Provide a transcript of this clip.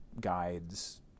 guides